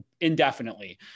indefinitely